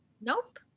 Nope